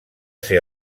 ser